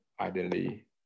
identity